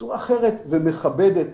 בצורה אחרת ומכבדת,